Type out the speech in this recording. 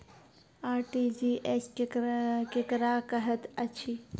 RTGS केकरा कहैत अछि?